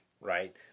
right